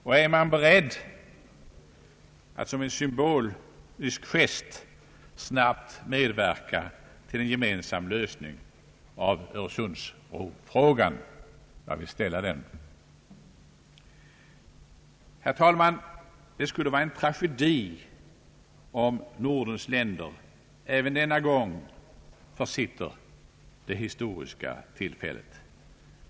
Och är man beredd att som en symbolisk gest snabbt medverka till en gemensam lösning av Öresundsbrofrågan? Herr talman! Det skulle vara en tragedi om Nordens länder även denna gång försitter det historiska tillfället.